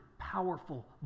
powerful